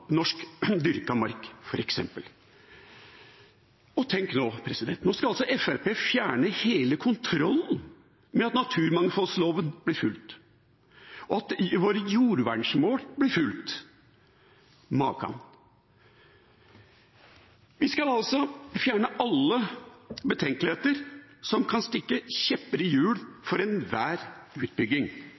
norsk natur og av norsk dyrka mark, f.eks. Tenk: Nå skal altså Fremskrittspartiet fjerne hele kontrollen med at naturmangfoldloven blir fulgt, og at våre jordvernmål blir fulgt. Makan! Vi skal altså fjerne alle betenkeligheter som kan stikke kjepper i hjulene for enhver utbygging.